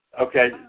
Okay